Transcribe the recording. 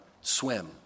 swim